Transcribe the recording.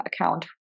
account